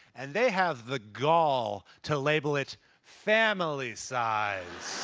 and they have the gall to label it family size.